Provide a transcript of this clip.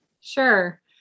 Sure